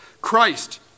Christ